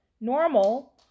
normal